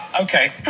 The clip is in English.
Okay